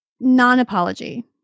non-apology